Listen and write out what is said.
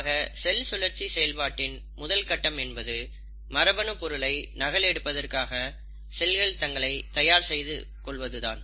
ஆக செல் சுழற்சி செயல்பாட்டின் முதல் கட்டம் என்பது மரபணு பொருளை நகல் எடுப்பதற்காக செல்கள் தங்களை தயார் செய்வதுதான்